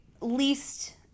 least